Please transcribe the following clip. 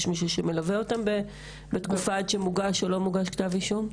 יש מישהו שמלווה אותן בתקופה הזו עד שמוגש או לא מוגש כתב אישום?